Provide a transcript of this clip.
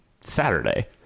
Saturday